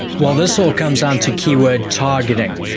well, this all comes on to keyword targeting,